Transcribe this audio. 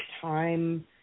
time